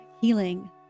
healing